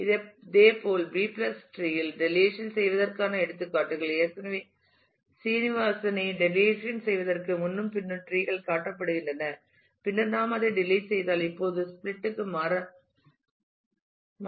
இதேபோல் B tree tree இல் deletion செய்வதற்கான எடுத்துக்காட்டுகள் எனவே சீனிவாசனை டெலிசன் செய்வதற்கு முன்னும் பின்னும் டிரீகள் காட்டப்படுகின்றன பின்னர் நாம் அதை டெலிட் செய்தால் இப்போது ஸ்பிளிட் க்கு மாறாக அமையும்